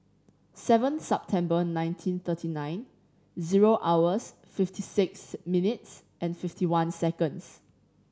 seven Sepember nineteen thirty nine zero hours fifty six minutes and fifty one seconds